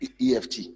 EFT